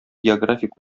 географик